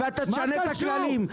-- ואתה תשנה את הכללים.